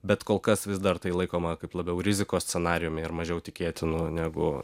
bet kol kas vis dar tai laikoma kaip labiau rizikos scenarijumi ir mažiau tikėtinu negu